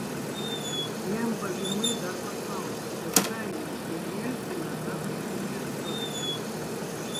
jam pavymui dar paklausiau už ką jis už jelciną ar už pučistus